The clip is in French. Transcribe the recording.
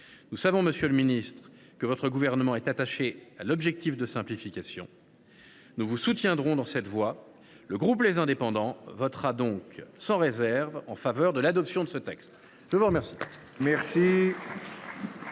ministre, monsieur le ministre, que votre gouvernement est attaché à l’objectif de simplification. Nous vous soutiendrons dans cette voie. Le groupe Les Indépendants votera donc sans réserve en faveur de l’adoption de ce texte. La parole